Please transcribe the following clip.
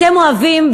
אתם אוהבים,